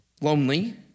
lonely